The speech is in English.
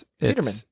Peterman